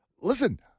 Listen